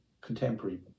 contemporary